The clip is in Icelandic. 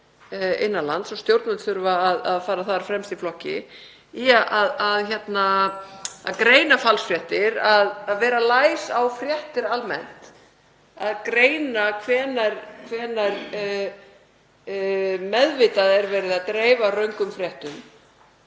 innan lands, og stjórnvöld þurfa að fara þar fremst í flokki, í að reyna að greina falsfréttir, að vera læs á fréttir almennt, að greina hvenær meðvitað er verið að dreifa röngum fréttum,